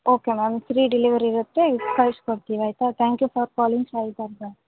okay ma'am free delivery ಇರುತ್ತೆ ಕಳ್ಸಿ ಕೊಡ್ತಿವಿ ಆಯಿತಾ thank you for calling Sai bourbon